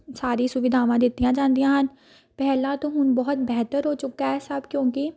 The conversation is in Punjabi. ਸਾਰੀ ਸੁਵਿਧਾਵਾਂ ਦਿੱਤੀਆਂ ਜਾਂਦੀਆਂ ਹਨ ਪਹਿਲਾਂ ਤੋਂ ਹੁਣ ਬਹੁਤ ਬਿਹਤਰ ਹੋ ਚੁੱਕਾ ਹੈ ਸਭ ਕਿਉਂਕਿ